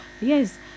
Yes